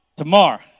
Tomorrow